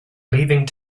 leaving